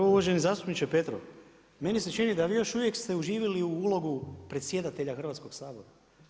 Prvo uvaženi zastupniče Petrov, meni se čini da vi još uvijek ste uživili u ulogu predsjedatelja Hrvatskog sabora.